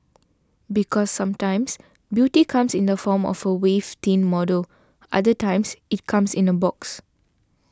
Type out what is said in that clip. because sometimes beauty comes in the form of a waif thin model other times it comes in a box